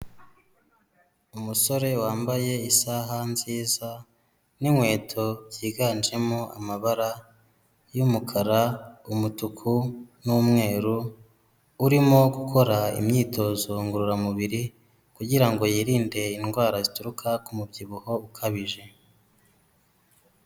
Umusore wambaye isaha nziza n'inkweto byiganjemo amabara y'umukara, umutuku n'umweru, urimo gukora imyitozo ngororamubiri kugira ngo yirinde indwara zituruka ku mubyibuho ukabije.